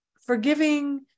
forgiving